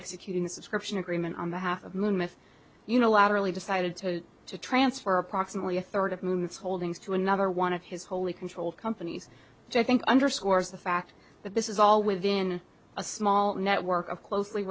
executing the subscription agreement on the half moon if unilaterally decided to to transfer approximately a third of moons holdings to another one of his holy control companies think underscores the fact that this is all within a small network of closely